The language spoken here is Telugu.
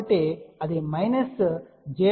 కాబట్టి అది j2 j2